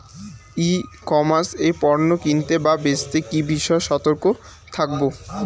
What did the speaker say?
ই commerce এ পণ্য কিনতে বা বেচতে কি বিষয়ে সতর্ক থাকব?